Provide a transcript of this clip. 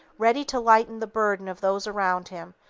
ready to lighten the burden of those around him,